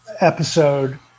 episode